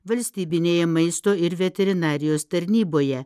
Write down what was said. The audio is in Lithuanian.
valstybinėje maisto ir veterinarijos tarnyboje